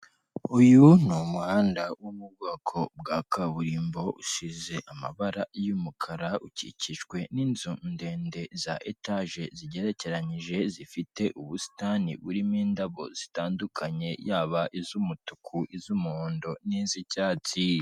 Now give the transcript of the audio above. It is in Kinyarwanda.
Uyu ni umuhanda wo mu bwoko bwa kaburimbo usi amabara y'umukara ukikijwe n'inzu ndende za etage zigerekeranije zifite ubusitani burimo indabo zitandukanye yaba iz'umutu, iz'umuhondo n'iz'icyatsi